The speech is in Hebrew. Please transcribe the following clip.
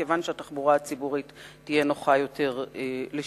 כיוון שהתחבורה הציבורית תהיה נוחה יותר לשימוש.